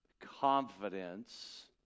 confidence